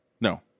No